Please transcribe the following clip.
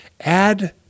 add